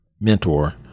mentor